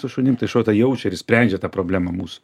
su šunim tai šuo tą jaučia ir išsprendžia tą problemą mūsų